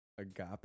agape